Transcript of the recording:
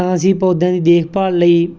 ਤਾਂ ਅਸੀਂ ਪੌਦਿਆਂ ਦੀ ਦੇਖਭਾਲ ਲਈ